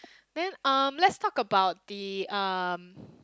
then um let's talk about the um